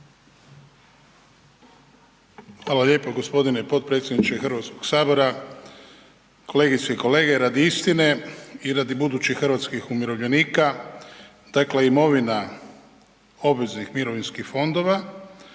Hvala lijepo. Gospodine potpredsjedniče Hrvatskog sabora, kolegice i kolege. Radi istine i radi budućih hrvatskih umirovljenika dakle imovina obveznih mirovinskih fondova